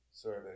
Sorry